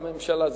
את הממשלה.